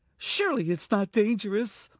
surely it's not dangerous?